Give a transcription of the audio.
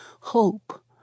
hope